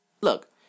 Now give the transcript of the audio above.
look